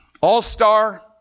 all-star